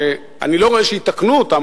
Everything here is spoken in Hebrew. אני לא רואה שיתקנו אותם.